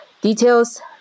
details